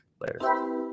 later